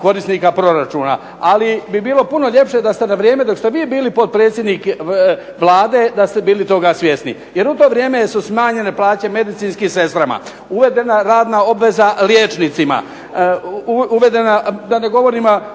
korisnika proračuna, ali bi bilo puno ljepše da ste na vrijeme dok ste vi bili potpredsjednik Vlade da ste bili toga svjesni. Jer u to vrijeme su smanjene plaće medicinskim sestrama, uvedena radna obveza liječnicima, uvedena, da ne govorim